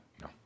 No